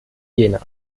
jena